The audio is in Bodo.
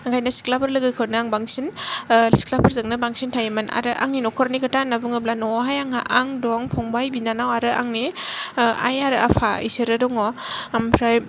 ओंखायनो सिख्लाफोर लोगोखौनो आं बांसिन सिख्लाफोरजोंनो बांसिन थायोमोन आरो आंनि नखरनि खोथा होन्नानै बुङोब्ला न'आवहाय आंहा आं दं फंबाय बिनानाव आरो आंनि आइ आरो आफा इसोरो दङ आमफ्राय